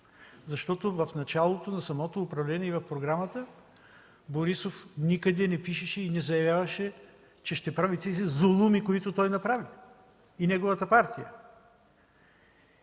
Защото в началото на самото управление в програмата Борисов никъде не пишеше и заявяваше, че ще прави тези зулуми, които той и неговата партия